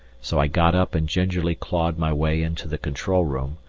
so i got up and gingerly clawed my way into the control room,